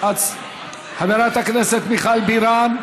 חברת הכנסת מיכל בירן.